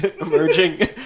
emerging